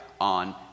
On